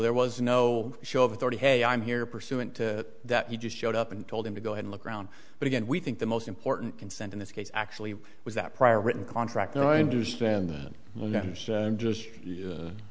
there was no show of authority hey i'm here pursuant to that you just showed up and told him to go and look around but again we think the most important consent in this case actually was that prior written contract and i understand that